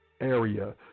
area